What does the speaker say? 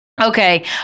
Okay